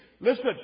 listen